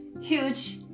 huge